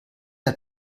hat